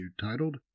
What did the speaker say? titled